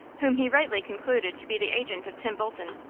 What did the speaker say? whom he rightly concluded to be the agent of tim bolton,